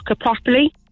properly